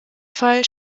fall